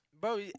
Bro